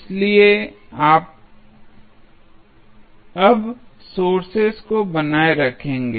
इसलिए आप अब सोर्सेज को बनाए रखेंगे